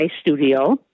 studio